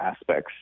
aspects